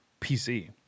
PC